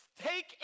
take